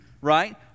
Right